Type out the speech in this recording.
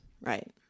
right